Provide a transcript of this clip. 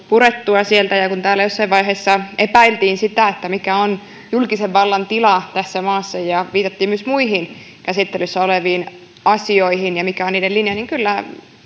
purettua sieltä ja kun täällä jossain vaiheessa epäiltiin mikä on julkisen vallan tila tässä maassa ja viitattiin myös muihin käsittelyssä oleviin asioihin ja siihen mikä on niiden linja niin kyllä